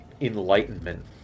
enlightenment